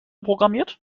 programmiert